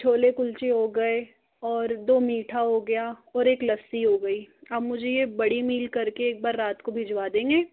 छोले कुलचे हो गए और दो मीठा हो गया और एक लस्सी हो गई आप मुझे ये बड़ी मील कर के एक बार रात को भिजवा देंगे